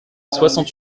soixante